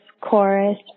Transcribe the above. chorus